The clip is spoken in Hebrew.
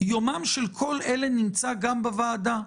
ויומם של כל אלה נמצא גם בוועדה.